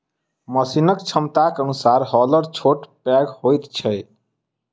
मशीनक क्षमताक अनुसार हौलर छोट पैघ होइत छै